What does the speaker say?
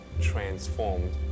transformed